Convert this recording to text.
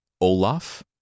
Olaf